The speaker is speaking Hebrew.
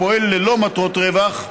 הפועל ללא מטרות רווח,